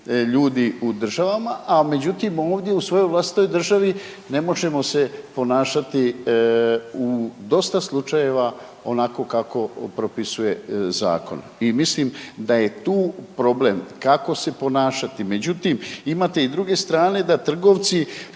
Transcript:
ljudi u državama. Međutim, ovdje u svojoj vlastitoj državi ne možemo se ponašati u dosta slučajeva onako kako propisuje zakon. I mislim da je tu problem kako se ponašati. Međutim, imate i druge strane da trgovci,